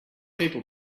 people